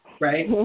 Right